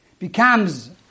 becomes